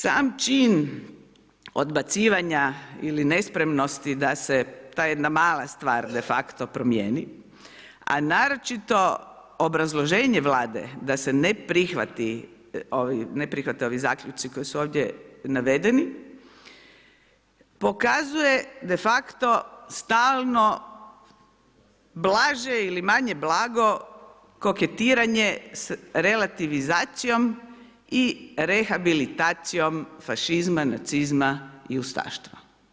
Sam čin odbacivanja ili nespremnosti da se ta jedna mala stvar de facto promijeni, a naročito obrazloženje Vlade da se ne prihvate ovi zaključci koji su ovdje navedeni, pokazuje de facto stalno blaže ili manje blago koketiranje s relativizacijom i rehabilitacijom fašizma, nacizma i ustaštva.